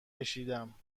کشیدم